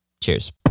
cheers